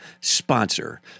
sponsor